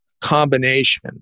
combination